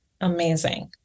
Amazing